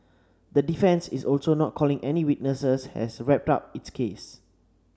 the defence is also not calling any witnesses has wrapped up its case